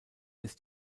ist